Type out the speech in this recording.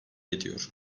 ediyor